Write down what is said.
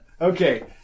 Okay